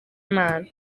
imana